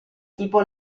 tipo